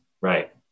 right